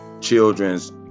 children's